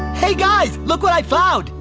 hey guys look what i found,